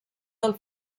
del